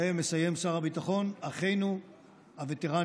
ומסיים שר הביטחון: אחינו הווטרנים,